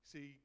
See